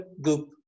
group